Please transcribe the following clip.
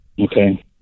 Okay